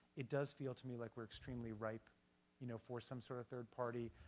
it does feel to me like we're extremely ripe you know for some sort of third party.